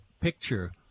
picture